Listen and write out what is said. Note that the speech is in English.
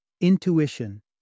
Intuition